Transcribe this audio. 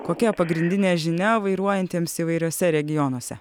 kokia pagrindinė žinia vairuojantiems įvairiuose regionuose